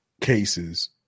cases